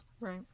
Right